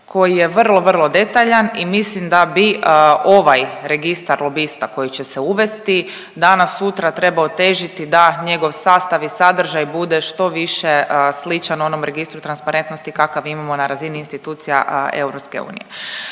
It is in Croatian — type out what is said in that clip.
koji je vrlo, vrlo detaljan i mislim da bi ovaj registar lobista koji će se uvesti danas sutra trebao težiti da njegov sastav i sadržaj bude što više sličan onom registru transparentnosti kakav imamo na razini institucija EU.